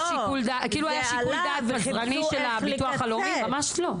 כאילו היה שיקול דעת של הביטוח הלאומי - ממש לא.